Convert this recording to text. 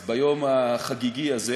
אז ביום החגיגי הזה